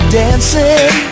dancing